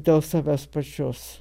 dėl savęs pačios